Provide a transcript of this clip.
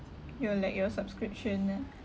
your like your subscription ah